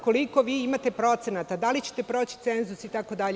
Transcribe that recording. Koliko vi imate procenata, da li ćete proći cenzus itd.